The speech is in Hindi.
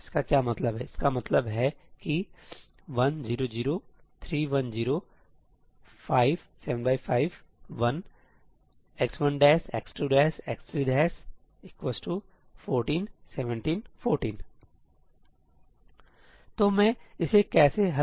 इसका क्या मतलब है इसका मतलब है कि 1 0 0 3 1 0 5 75 1 x1 x2 x3 14 17 14 तो मैं इसे कैसे हल करूं